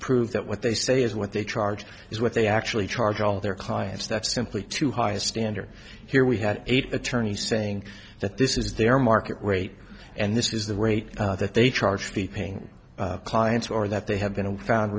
prove that what they say is what they charge is what they actually charge all their clients that's simply too high a standard here we had eight attorneys saying that this is their market rate and this is the rate that they charge the paying clients or that they have been found